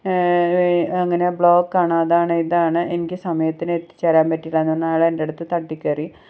അങ്ങനെ ബ്ലോക്ക് ആണ് അതാണ് ഇതാണ് എനിക്ക് സമയത്തിന് എത്തിച്ചേരാൻ പറ്റിയില്ല എന്ന് പറഞ്ഞ് അയാൾ എൻ്റെ അടുത്ത് തട്ടിക്കയറി